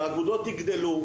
שהאגודות יגדלו,